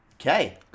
Okay